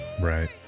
Right